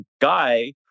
guy